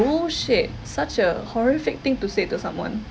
bullshit such a horrific thing to say to someone